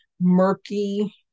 murky